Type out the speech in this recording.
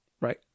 Right